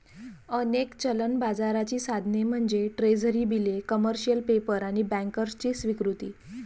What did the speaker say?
अनेक चलन बाजाराची साधने म्हणजे ट्रेझरी बिले, कमर्शियल पेपर आणि बँकर्सची स्वीकृती